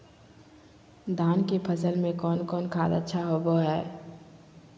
धान की फ़सल में कौन कौन खाद अच्छा होबो हाय?